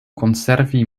konservi